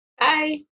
Bye